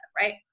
right